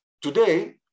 Today